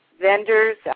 vendors